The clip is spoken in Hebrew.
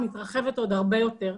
מתרחבת עוד הרבה יותר.